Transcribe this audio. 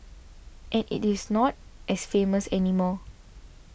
and it is not as famous anymore